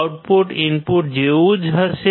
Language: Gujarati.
આઉટપુટ ઇનપુટ જેવું જ હશે